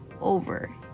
over